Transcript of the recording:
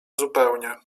zupełnie